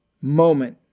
moment